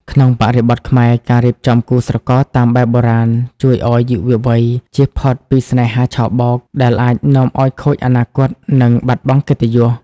ក្នុងបរិបទខ្មែរ ការរៀបចំគូស្រករតាមបែបបុរាណ ជួយឱ្យយុវវ័យចៀសផុតពី "ស្នេហាឆបោក" ដែលអាចនាំឱ្យខូចអនាគត និងបាត់បង់កិត្តិយស។